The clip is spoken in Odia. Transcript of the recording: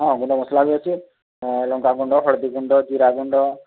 ହଁ ଗୁଣ୍ଡ ମସଲା ବି ଅଛି ଲଙ୍କା ଗୁଣ୍ଡ ହଳଦୀ ଗୁଣ୍ଡ ଜିରା ଗୁଣ୍ଡ